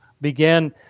began